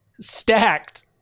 stacked